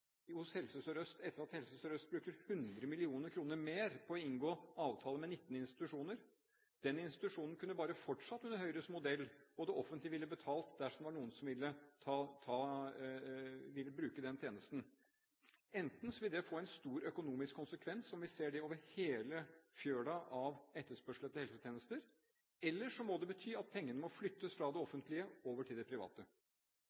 hos Helse Sør-Øst etter at Helse Sør-Øst bruker 100 mill. kr mer på å inngå avtaler med 19 institusjoner, kunne bare ha fortsatt under Høyres modell, og det offentlige ville betalt dersom noen ville bruke den tjenesten. Enten vil det få en stor økonomisk konsekvens, som vi ser det over hele fjøla når det gjelder etterspørsel etter helsetjenester, eller så må det bety at pengene må flyttes fra det